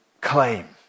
claim